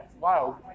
Wow